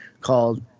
called